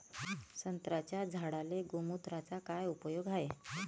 संत्र्याच्या झाडांले गोमूत्राचा काय उपयोग हाये?